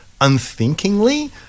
unthinkingly